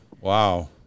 Wow